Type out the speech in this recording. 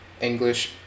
English